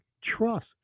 trust